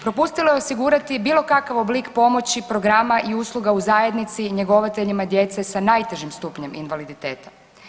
Propustilo je osigurati bilo kakav oblik pomoći, programa i usluga u zajednici, njegovateljima djece sa najtežim stupnjem invaliditeta.